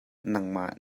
nangmah